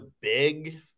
big